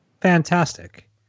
Fantastic